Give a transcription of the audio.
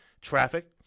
traffic